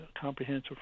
comprehensive